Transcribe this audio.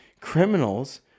criminals